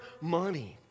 money